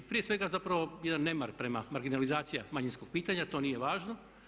Prije svega zapravo jedan nemar prema, marginalizacija manjinskog pitanja, to nije važno.